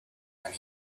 and